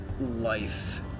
life